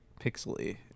pixely